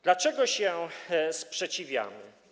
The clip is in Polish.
Dlaczego się sprzeciwiamy?